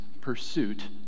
pursuit